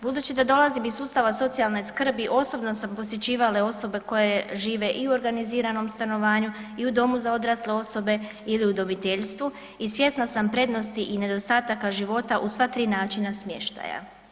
Budući da dolazim iz sustava socijalne skrbi osobno sam posjećivala i osobe koje žive i u organiziranom stanovanju i u domu za odrasle osobe ili u udomiteljstvu i svjesna sam prednosti i nedostataka života u sva tri načina smještaja.